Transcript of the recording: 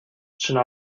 should